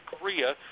Korea